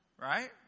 Right